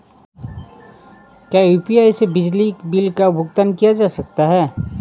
क्या यू.पी.आई से बिजली बिल का भुगतान किया जा सकता है?